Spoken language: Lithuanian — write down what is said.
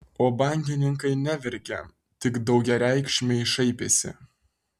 o bankininkai neverkė tik daugiareikšmiai šaipėsi